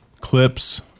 clips